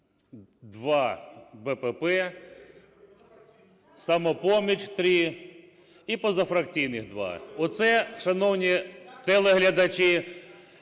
2 – БПП, "Самопоміч" – 3 і позафракційних – 2. Оце, шановні телеглядачі